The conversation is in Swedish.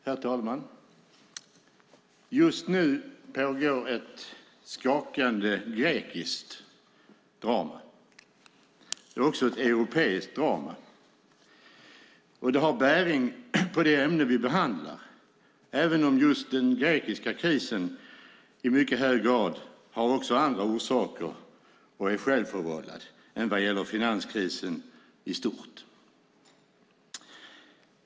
Herr talman! Just nu pågår ett skakande grekiskt drama. Det är också ett europeiskt drama. Det har bäring på det ämne vi behandlar, även om just den grekiska krisen i hög grad har också andra orsaker och är självförvållad än vad gäller finanskrisen i stort.